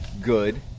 good